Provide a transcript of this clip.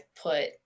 put